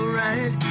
right